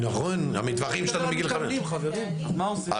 נכון, המטווחים שלנו מגיל 5. אז מה?